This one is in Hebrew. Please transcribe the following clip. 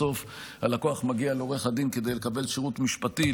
בסוף הלקוח מגיע לעורך הדין כדי לקבל שירות משפטי,